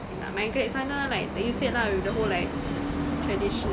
nak migrate like like you said lah with the whole like tradition